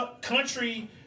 country